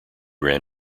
ran